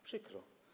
Przykro.